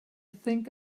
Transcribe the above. think